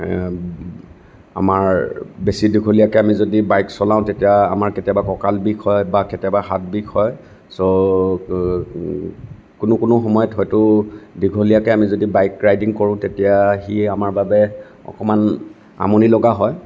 আমাৰ বেছি দীঘলীয়াকে আমি যদি বাইক চলাওঁ তেতিয়া আমাৰ কেতিয়াবা কঁকাল বিষ হয় বা কেতিয়াবা হাত বিষ হয় ছ' কোনো কোনো সময়ত হয়তো দীঘলীয়াকে আমি যদি বাইক ৰাইডিং কৰোঁ তেতিয়া সি আমাৰ বাবে অকণমান আমনি লগা হয়